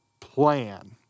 plan